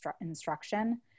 instruction